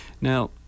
now